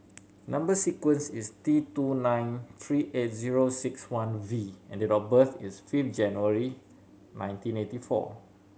number sequence is T two nine three eight zero six one V and date of birth is fifth January nineteen eighty four